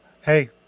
hey